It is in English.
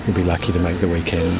be lucky to make the weekend.